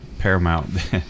paramount